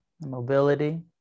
mobility